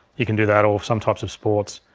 you can do that, or some types of sports.